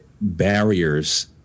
barriers